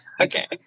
okay